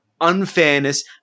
unfairness